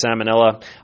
salmonella